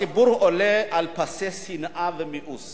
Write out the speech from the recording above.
הציבור עולה על פסי שנאה ומיאוס